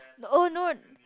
oh no